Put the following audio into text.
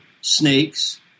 snakes